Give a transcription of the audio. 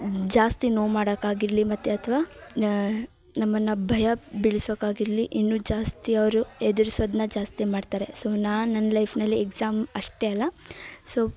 ಜಾಸ್ತಿ ನೋವು ಮಾಡಕ್ಕೆ ಆಗಿರಲಿ ಮತ್ತು ಅಥ್ವಾ ನಮ್ಮನ್ನು ಭಯ ಬೀಳ್ಸೋಕೆ ಆಗಿರಲಿ ಇನ್ನು ಜಾಸ್ತಿ ಅವರು ಹೆದರಿಸೋದ್ನ ಜಾಸ್ತಿ ಮಾಡ್ತಾರೆ ಸೊ ನಾನು ನನ್ನ ಲೈಫ್ನಲ್ಲಿ ಎಕ್ಸಾಮ್ ಅಷ್ಟೇ ಅಲ್ಲ ಸೊ